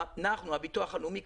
בביטוח הלאומי,